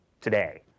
today